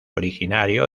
originario